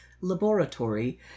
laboratory